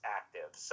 active